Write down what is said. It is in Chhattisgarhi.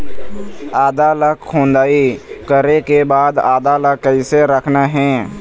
आदा ला खोदाई करे के बाद आदा ला कैसे रखना हे?